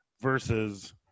versus